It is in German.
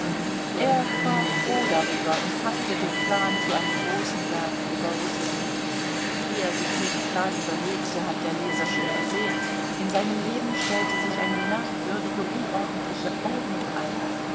er war froh darüber und faßte den plan zu einem großen werk über rußland wie er sich diesen plan überlegte hat der leser schon gesehen in seinem leben stellte sich eine merkwürdige unordentliche ordnung ein